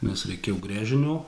nes reikėjo gręžinio